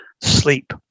sleep